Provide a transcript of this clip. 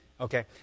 Okay